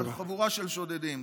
חבורה של שודדים.